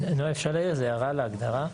נעה, אפשר להעיר הערה להגדרה?